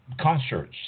Concerts